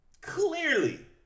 clearly